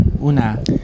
una